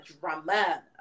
drama